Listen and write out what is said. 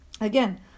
again